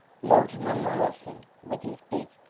mortimer morrison, with his big,